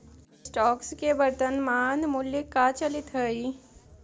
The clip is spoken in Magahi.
स्टॉक्स के वर्तनमान मूल्य का चलित हइ